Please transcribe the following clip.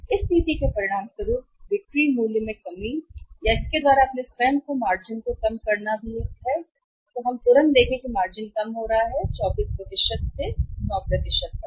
इस नीति के परिणामस्वरूप बिक्री मूल्य में कमी और इसके द्वारा अपने स्वयं के मार्जिन को कम करना भी तुरंत है हम देख रहे हैं कि मार्जिन कम हो रहा है नीचे 24 से 9 तक